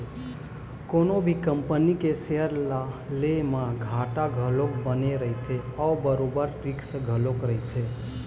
कोनो भी कंपनी के सेयर ल ले म घाटा घलोक बने रहिथे अउ बरोबर रिस्क घलोक रहिथे